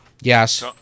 Yes